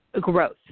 growth